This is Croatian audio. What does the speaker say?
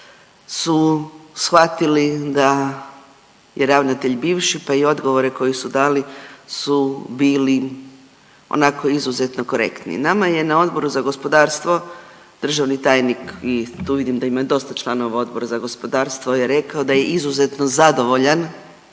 su shvatili da je ravnatelj bivši pa i odgovore koji su dali su bili onako izuzetno korektni. Nama je na Odboru za gospodarstvo državni tajnik i tu vidim da ima dosta članova Odbora za gospodarstvo je rekao da je izuzetno zadovoljan